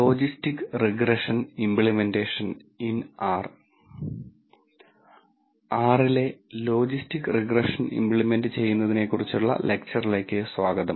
logistic regression implementation in R R ലെ logistic regression implement ചെയ്യുന്നതിനെക്കുറിച്ചുള്ള ലെക്ച്ചറിലേക്ക് സ്വാഗതം